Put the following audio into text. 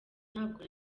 ntabwo